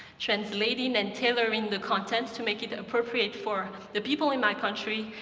translating and tayloring the content to make it appropriate for the people in my country.